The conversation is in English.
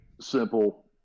simple